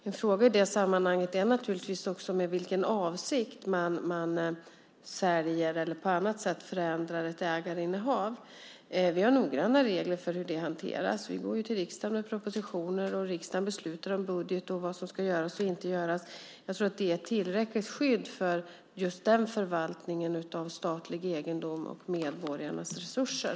En fråga i detta sammanhang är naturligtvis också med vilken avsikt som man säljer eller på annat sätt förändrar ett ägarinnehav. Vi har noggranna regler för hur det hanteras. Vi lämnar propositioner till riksdagen, och riksdagen beslutar om budget och vad som ska göras och vad som inte ska göras. Jag tror att det är ett tillräckligt skydd för just den förvaltningen av statlig egendom och medborgarnas resurser.